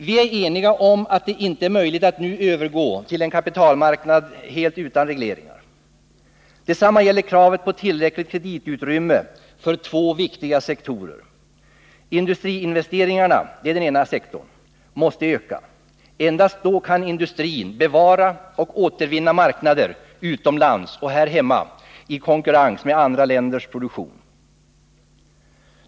Vi är eniga om att det inte är möjligt att nu övergå till en kapitalmarknad helt utan regleringar. Detsamma gäller kravet på tillräckligt kreditutrymme för två viktiga sektorer. Industriinvesteringarna — det är den ena sektorn — måste öka. Endast då kan industrin bevara och återvinna marknader utomlands och här hemma i konkurrens med andra länders produktion.